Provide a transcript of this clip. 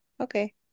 Okay